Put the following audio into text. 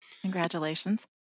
Congratulations